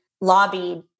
lobbied